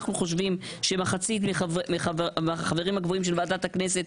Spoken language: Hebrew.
אנחנו חושבים שמחצית מהחברים הקבועים של ועדת הכנסת